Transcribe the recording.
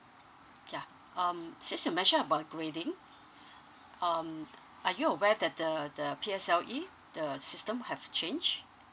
ya um since you mentioned about grading um are you aware that the the P_S_L_E the system have changed